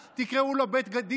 תקראו לו בית משפט לחוקה,